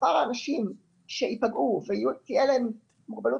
מספר האנשים שייפגעו ותהיה להם מוגבלות